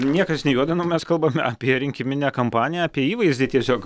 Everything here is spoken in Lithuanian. niekas nejuodina mes kalbame apie rinkiminę kampaniją apie įvaizdį tiesiog